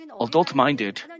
adult-minded